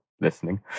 listening